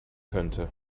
könnte